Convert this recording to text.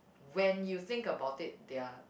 when you think about it they're